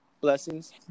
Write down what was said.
Blessings